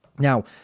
Now